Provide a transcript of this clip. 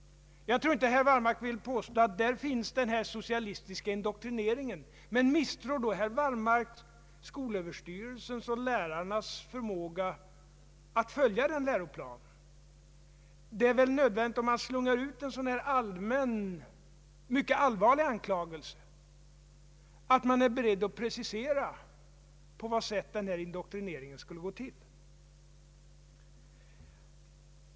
Jag tror inte att herr Wallmark vill påstå att där finns en socialistisk indoktrinering. Men misstror då herr Wallmark skolöverstyrelsens och lärarnas förmåga att följa denna läroplan? Om man slungar ut en sådan här mycket allvarlig anklagelse, måste man väl vara beredd att precisera på vad sätt denna indoktrinering skulle gå till.